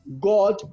God